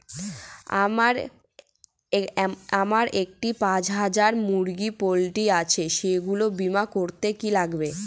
আমার একটি পাঁচ হাজার মুরগির পোলট্রি আছে সেগুলি বীমা করতে কি লাগবে?